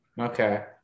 Okay